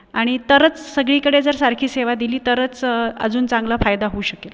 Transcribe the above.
आणि तरच सगळीकडे जर सारखी सेवा दिली तरच अजून चांगला फायदा होऊ शकेल